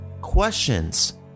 questions